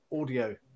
audio